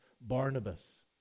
Barnabas